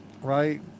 right